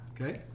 Okay